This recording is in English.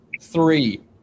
Three